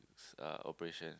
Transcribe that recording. s~ uh operation